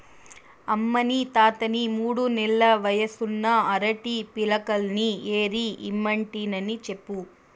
అమ్మనీ తాతని మూడు నెల్ల వయసున్న అరటి పిలకల్ని ఏరి ఇమ్మంటినని చెప్పు